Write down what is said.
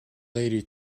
lady